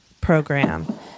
program